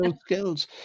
skills